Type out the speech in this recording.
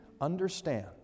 understand